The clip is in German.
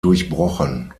durchbrochen